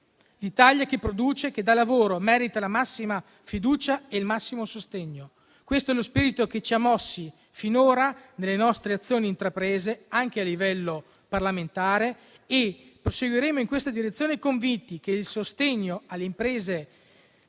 L'Italia che produce e dà lavoro merita la massima fiducia e il massimo sostegno. Questo è lo spirito che ci ha mossi finora nelle azioni intraprese, anche a livello parlamentare. Proseguiremo in questa direzione, convinti che, con il sostegno alle imprese,